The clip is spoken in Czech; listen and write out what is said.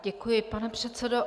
Děkuji, pane předsedo.